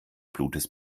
blutes